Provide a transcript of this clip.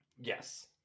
Yes